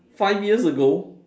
five years ago